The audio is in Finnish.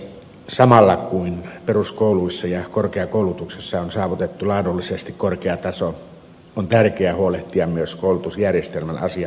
samalla kun peruskouluissa ja korkeakoulutuksessa on saavutettu laadullisesti korkea taso on tärkeä huolehtia myös koulutusjärjestelmän asiakkaista nuorista